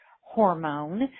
hormone